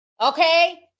Okay